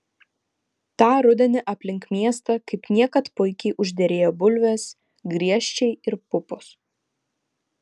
tą rudenį aplink miestą kaip niekad puikiai užderėjo bulvės griežčiai ir pupos